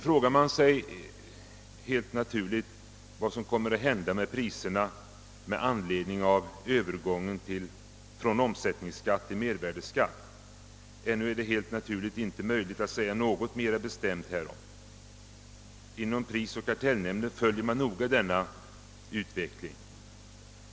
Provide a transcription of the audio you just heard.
Helt naturligt frågar man sig vad som kommer att hända med priserna med anledning av övergången från omsättningsskatt till mervärdeskatt. Ännu är det givetvis inte möjligt att säga någonting mera bestämt härom. Inom prisoch kartellnämnden följer man noga denna utveckling.